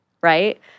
Right